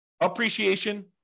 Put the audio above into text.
appreciation